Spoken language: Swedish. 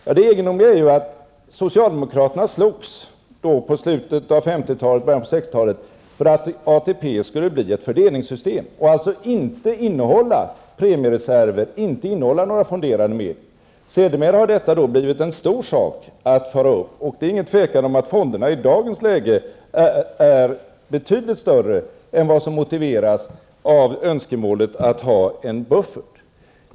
Ja, det egendomliga är ju att socialdemokratin under slutet 50-talet och början av 60-talet slogs för att ATP skulle bli ett fördelningssystem och alltså inte innehålla premiereserver, inte innehålla några fonderade medel. Sedermera har detta blivit en stor sak att föra upp, och det är ingen tvekan om att fonderna i dagens läge är betydligt större än vad som motiveras av önskemålet att ha en buffert.